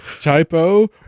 Typo